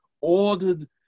ordered